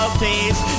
please